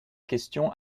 question